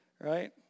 right